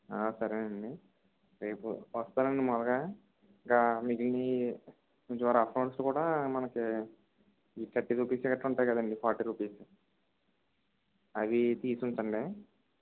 సరేనండి రేపు వస్తారా అండి మామూలుగా మీది మీ ద్వారా అకౌంట్స్ కూడా మనకి థర్టీ రుపీస్ అలా ఉంటాయి కదండీ ఫోన్పే చెయ్యాలండి ఫార్టీ రుపీస్ అవి తీసి ఉంచండి